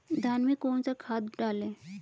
धान में कौन सा खाद डालें?